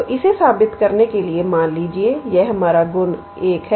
तो इसे साबित करने के लिए मान लीजिए यह हमारा गुण 1 है